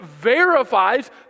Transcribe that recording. verifies